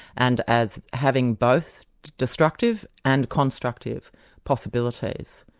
and as having both destructive and constructive possibilities.